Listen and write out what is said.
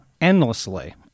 endlessly